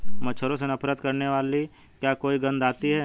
मच्छरों से नफरत करने वाली क्या कोई गंध आती है?